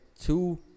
two